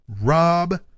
Rob